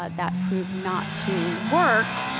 that that proved not to work.